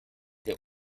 der